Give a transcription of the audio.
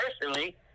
personally